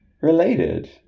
Related